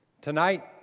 Tonight